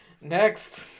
next